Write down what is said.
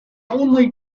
only